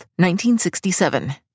1967